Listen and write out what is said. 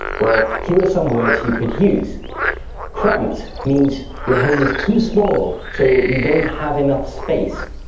well, here are some words you could use cramped means your home is too small, so you don't have enough space.